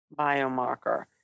biomarker